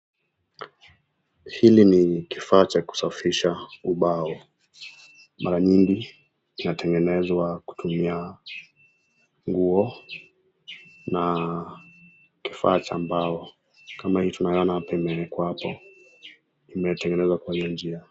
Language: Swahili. Hili ni kifaa cha kusafisha ubao. Mara nyingi kinatengenezwa kupitia nguo na kifaa cha mbao. Kama hii tunaona imewekwa hapa, imetengenezwa kwa hiyo njia.